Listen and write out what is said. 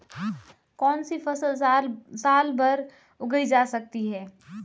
कौनसी फसल साल भर उगाई जा सकती है?